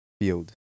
field